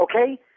Okay